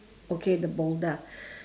okay the boulder